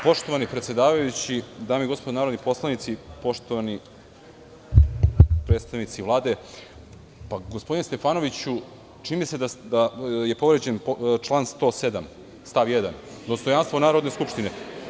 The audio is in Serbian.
Poštovani predsedavajući, dame i gospodo narodni poslanici, poštovani predstavnici Vlade, gospodine Stefanoviću, čini mi se da je povređen član 107. stav 1. dostojanstvo Narodne skupštine.